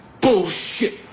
bullshit